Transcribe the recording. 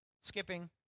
Skipping